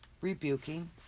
rebuking